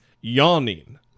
yawning